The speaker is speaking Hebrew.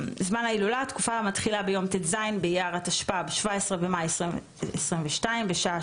התקופה המתחילה ביום ט"ז באייר התשפ"ב (17 במאי 2022) בשעה